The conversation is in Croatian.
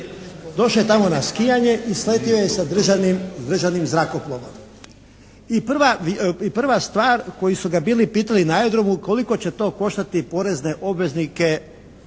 došao je tamo na skijanje i sletio je sa državnim zrakoplovom i prva stvar koju su ga bili pitali na aerodromu koliko će to koštati porezne obveznike